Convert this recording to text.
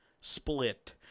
Split